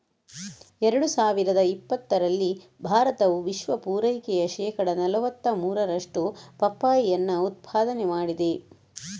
ಎರಡು ಸಾವಿರದ ಇಪ್ಪತ್ತರಲ್ಲಿ ಭಾರತವು ವಿಶ್ವ ಪೂರೈಕೆಯ ಶೇಕಡಾ ನಲುವತ್ತ ಮೂರರಷ್ಟು ಪಪ್ಪಾಯಿಯನ್ನ ಉತ್ಪಾದನೆ ಮಾಡಿದೆ